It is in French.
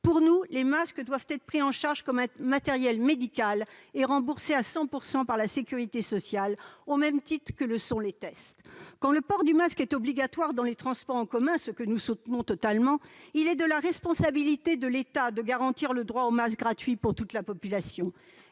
Pour nous, les masques doivent être pris en charge comme un matériel médical et remboursé à 100 % par la sécurité sociale au même titre que le sont les tests. Quand le port du masque est obligatoire dans les transports en commun, ce que nous soutenons totalement, il est de la responsabilité de l'État de garantir le droit au masque gratuit pour toute la population.